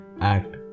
Act